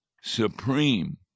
supreme